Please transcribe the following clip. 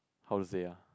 how to say ya